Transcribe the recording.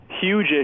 huge